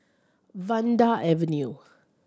Vanda Avenue